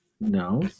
No